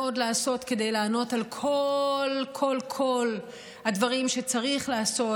לעשות כדי לענות על כל כל כל הדברים שצריך לעשות,